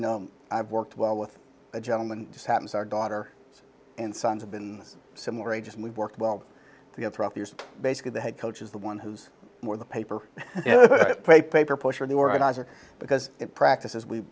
know i've worked well with a gentleman just happens our daughter and son have been similar ages and we work well together basically the head coach is the one who's more the paper play paper pusher the organizer because it practices we